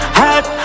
hot